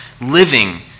living